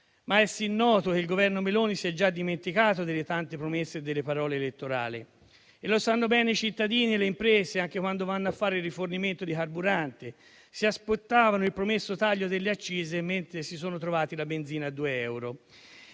ma è sì noto che il Governo Meloni si è già dimenticato delle tante promesse e delle parole elettorali. Lo sanno bene i cittadini e le imprese, anche quando vanno a fare rifornimento di carburante. Si aspettavano il promesso taglio delle accise, mentre si sono trovati la benzina a 2 euro;